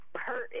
hurt